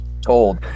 told